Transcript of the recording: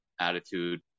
attitude